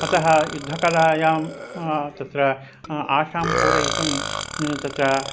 अतः युद्धकलायां तत्र आशां पूरयितुं तत्र